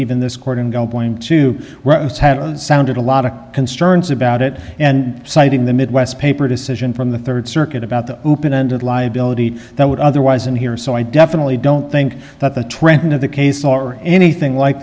what sounded a lot of concerns about it and citing the midwest paper decision from the rd circuit about the open ended liability that would otherwise and here so i definitely don't think that the trend of the case or anything like